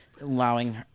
allowing